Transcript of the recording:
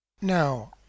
Now